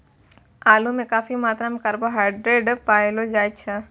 आलू म काफी मात्रा म कार्बोहाइड्रेट पयलो जाय छै